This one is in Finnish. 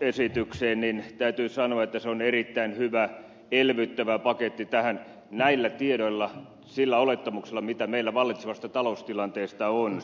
esitykseen niin täytyy sanoa että se on erittäin hyvä elvyttävä paketti tähän näillä tiedoilla sillä olettamuksella mitä meillä vallitsevasta taloustilanteesta on